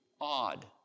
odd